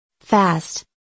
fast